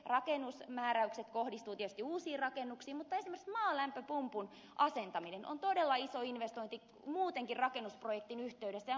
okei rakennusmääräykset kohdistuvat tietysti uusiin rakennuksiin mutta esimerkiksi maalämpöpumpun asentaminen on todella iso investointi muutenkin rakennusprojektin yhteydessä